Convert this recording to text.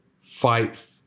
fight